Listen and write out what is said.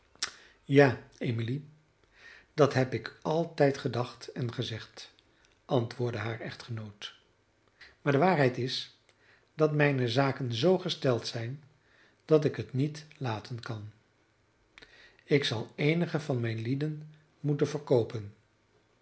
ja emily dat heb ik altijd gedacht en gezegd antwoordde haar echtgenoot maar de waarheid is dat mijne zaken zoo gesteld zijn dat ik het niet laten kan ik zal eenigen van mijne lieden moeten verkoopen